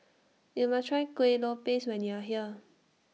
YOU must Try Kuih Lopes when YOU Are here